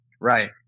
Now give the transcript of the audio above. Right